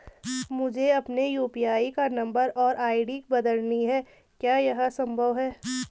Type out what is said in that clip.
मुझे अपने यु.पी.आई का नम्बर और आई.डी बदलनी है क्या यह संभव है?